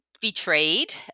betrayed